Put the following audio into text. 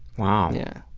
wow. yeah.